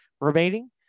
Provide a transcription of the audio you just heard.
remaining